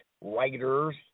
writers